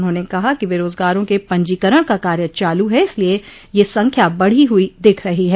उन्होंने कहा कि बेरोजगारों के पंजीकरण का कार्य चालू है इसलिये यह संख्या बढो हुई दिख रही है